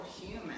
human